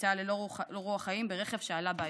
נמצאה ללא רוח חיים ברכב שעלה באש,